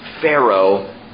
Pharaoh